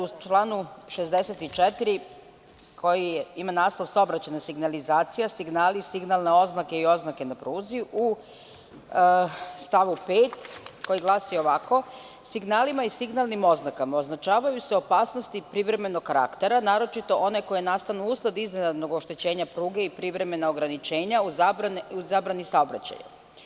U članu 64. koji ima naslov „Saobraćajna signalizacija, signali, signalne oznakei oznake na pruzi“, u stavu 5. koji glasi ovako: „Signalima i signalnim oznakama označavaju se opasnosti privremenog karaktera, naročito one koje nastanu usled iznenadnog oštećenja pruge i privremena ograničenja u zabrani saobraćaja.